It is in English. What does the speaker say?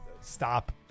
stop